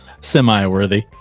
Semi-worthy